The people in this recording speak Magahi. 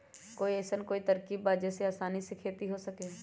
कोई अइसन कोई तरकीब बा जेसे आसानी से खेती हो सके?